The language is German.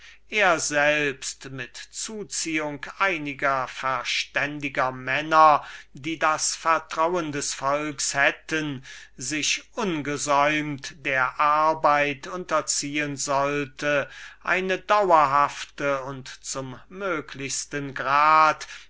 er selbst mit zuzug der besten von der nation sich ungesäumt der arbeit unterziehen sollte eine daurhafte und auf den möglichsten grad